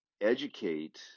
educate